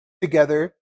together